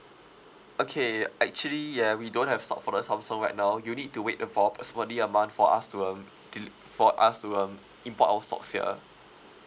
okay actually ya we don't have stock for the Samsung right now you need to wait for approximately a month for us to um deliver for us to um import our stocks here